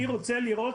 אני רוצה לראות פתרון.